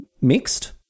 mixed